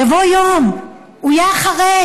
יבוא יום, הוא יהיה אחרי